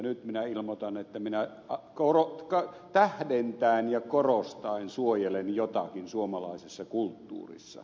nyt minä ilmoitan että minä tähdentäen ja korostaen suojelen jotakin suomalaisessa kulttuurissa